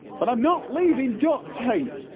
but i'm not leaving duct tape!